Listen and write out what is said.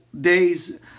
days